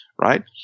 right